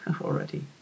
already